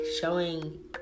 showing